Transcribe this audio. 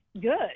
good